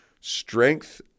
strength